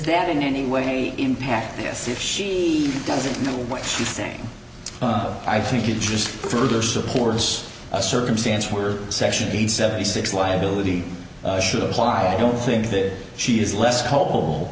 that in any way impact yes if she doesn't know what she's saying i think it just further supporters a circumstance where section eight seventy six liability should apply i don't think that she is less